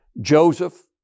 Joseph